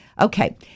Okay